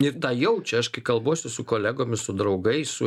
ir tą jaučia aš kai kalbuosi su kolegomis su draugais su